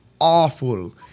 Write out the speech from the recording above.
awful